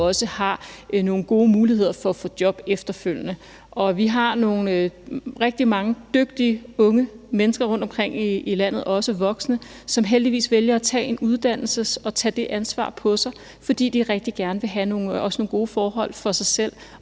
man også har nogle gode muligheder for at få job efterfølgende. Vi har rigtig mange dygtige unge mennesker rundtomkring i landet, også voksne, som heldigvis vælger at tage en uddannelse og tage det ansvar på sig, fordi de også rigtig gerne vil have nogle gode forhold for sig selv